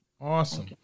Awesome